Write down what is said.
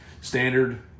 standard